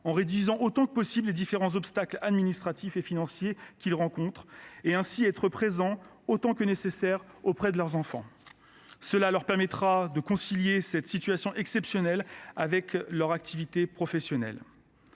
réduisons autant que possible les différents obstacles administratifs et financiers qu’ils rencontrent afin qu’ils puissent être présents, autant que nécessaire, auprès de leur enfant. Cela leur permettra de concilier cette situation exceptionnelle avec leur activité professionnelle.